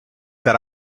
that